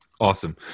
Awesome